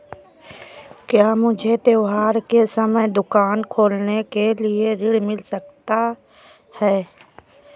क्या मुझे त्योहार के समय दुकान खोलने के लिए ऋण मिल सकता है?